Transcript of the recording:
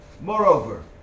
Moreover